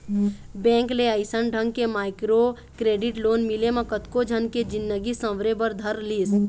bank ले अइसन ढंग के माइक्रो क्रेडिट लोन मिले म कतको झन के जिनगी सँवरे बर धर लिस